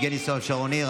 יבגני סובה ושרון ניר.